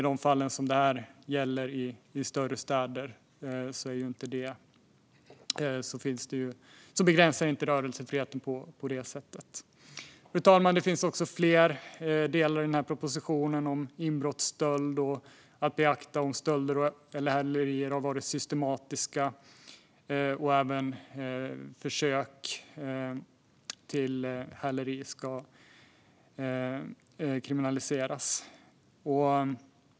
I större städer begränsas inte rörelsefriheten på det sättet. Fru talman! Det finns fler delar i propositionen, exempelvis om inbrottsstöld och att beakta om stölder och hälerier har varit systematiska. Även försök till häleri ska kriminaliseras.